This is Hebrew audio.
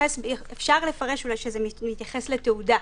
אפשר לפרש אולי שזה מתייחס לתעודה,